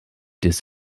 des